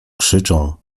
krzyczą